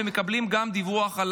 ומקבלים דיווח גם